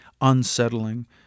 unsettling